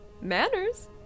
Manners